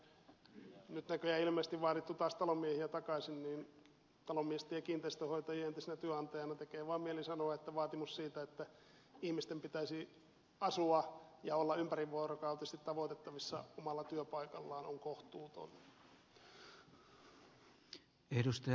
kun täällä on nyt näköjään ilmeisesti taas vaadittu talonmiehiä takaisin niin talonmiesten ja kiinteistönhoitajien entisenä työnantajana tekee vaan mieli sanoa että vaatimus siitä että ihmisten pitäisi asua ja olla ympärivuorokautisesti tavoitettavissa omalla työpaikallaan on kohtuuton